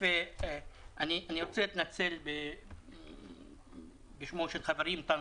אני רוצה להתנצל בשמו של חברי אנטאנס